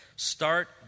Start